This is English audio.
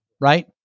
Right